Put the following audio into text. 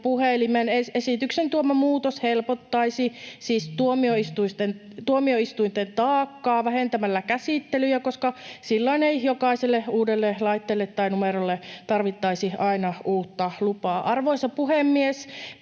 puhelimen. Esityksen tuoma muutos helpottaisi siis tuomioistuinten taakkaa vähentämällä käsittelyjä, koska silloin ei jokaiselle uudelle laitteelle tai numerolle tarvittaisi aina uutta lupaa. Arvoisa puhemies!